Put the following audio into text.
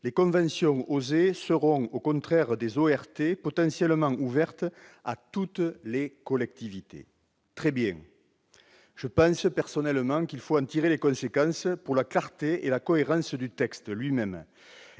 [Les] conventions OSER seront, au contraire des ORT, potentiellement ouvertes à toutes les collectivités. » Voilà qui est très bien. Sachons en tirer les conséquences pour la clarté et la cohérence du texte lui-même,